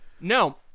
No